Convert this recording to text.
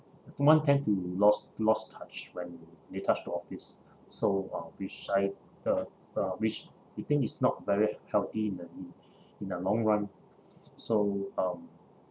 one tend to lost lost touch when they touch the office so uh which side uh uh which we think is not very healthy in the in the long run so um